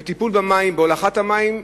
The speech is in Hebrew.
בטיפול במים, בהולכת המים,